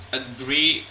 agree